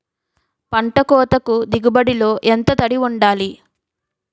పంట కోతకు దిగుబడి లో ఎంత తడి వుండాలి?